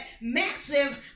massive